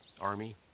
Army